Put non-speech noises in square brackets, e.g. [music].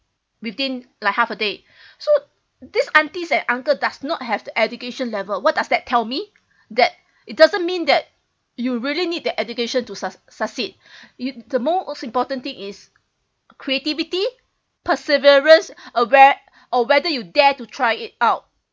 within like half a day [breath] so these aunties and uncle does not have the education level what does that tell me that it doesn't mean that you really need the education to succ~ succeed [breath] you the most important thing is creativity perseverance [breath] aware or whether you dare to try it out